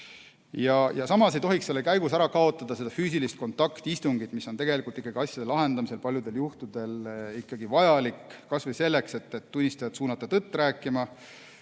Ja samas ei tohiks selle käigus ära kaotada füüsilist kontakti, istungit, mis on tegelikult ikkagi asjade lahendamisel paljudel juhtudel vajalik, kas või selleks, et tunnistajad suunata tõtt rääkima,